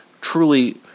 truly